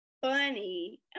funny